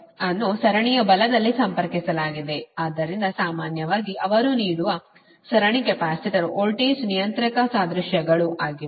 ಆದ್ದರಿಂದಸಾಮಾನ್ಯವಾಗಿ ಅವರು ನೀಡುವ ಸರಣಿ ಕೆಪಾಸಿಟರ್ ವೋಲ್ಟೇಜ್ ನಿಯಂತ್ರಕ ಸಾದೃಶ್ಯಗಳು ಆಗಿವೆ